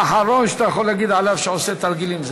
האחרון שאתה יכול להגיד עליו שעושה תרגילים,